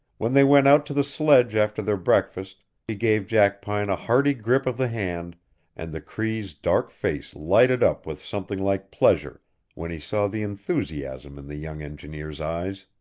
when they went out to the sledge after their breakfast he gave jackpine a hearty grip of the hand and the cree's dark face lighted up with something like pleasure when he saw the enthusiasm in the young engineer's eyes.